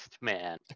man